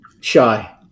shy